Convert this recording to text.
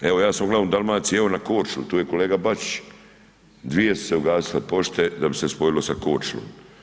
Evo ja sam ... u Dalmaciji, evo na Korčuli, tu je kolega Bačić, dvije su se ugasile pošte da bi se spojilo sa Korčulom.